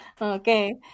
Okay